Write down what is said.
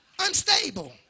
Unstable